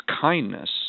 kindness